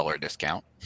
discount